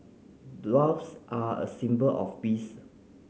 doves are a symbol of peace